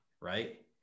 right